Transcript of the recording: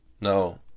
No